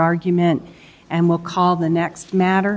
argument and we'll call the next matter